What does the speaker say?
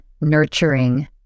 nurturing